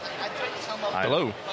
Hello